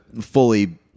fully